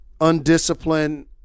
undisciplined